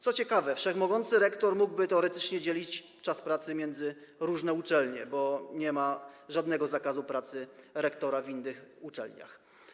Co ciekawe, wszechmogący rektor mógłby teoretycznie dzielić czas pracy między różne uczelnie, bo nie ma żadnego zakazu pracy rektora w innych uczelniach.